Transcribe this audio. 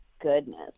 goodness